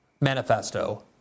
Manifesto